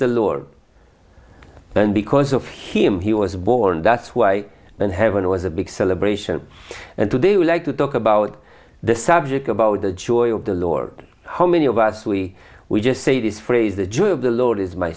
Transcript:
the lord because of him he was born that's why when heaven was a big celebration and today we like to talk about the subject about the joy of the lord how many of us we we just say this phrase the joy of the lord is my